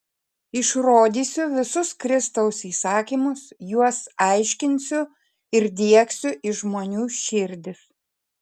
išrodysiu visus kristaus įsakymus juos aiškinsiu ir diegsiu į žmonių širdis